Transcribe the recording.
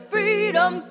Freedom